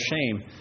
shame